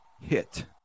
hit